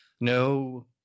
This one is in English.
no